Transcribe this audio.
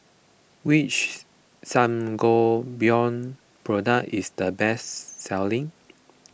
which Sangobion product is the best selling